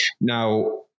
Now